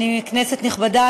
כנסת נכבדה,